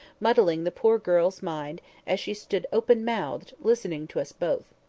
muddling the poor girl's mind as she stood open-mouthed, listening to us both.